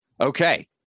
Okay